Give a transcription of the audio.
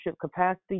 capacity